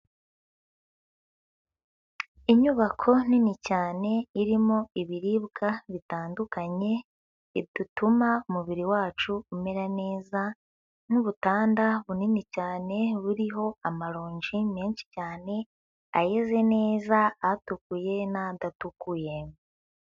Inyubako nini cyane irimo ibiribwa bitandukanye bituma umubiri wacu umera neza n'ubutanda bunini cyane buriho amaronji menshi cyane, ayeze neza, atukuye n'adatukuye.